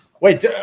Wait